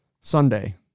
Sunday